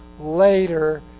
later